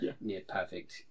near-perfect